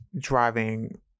driving